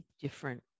Different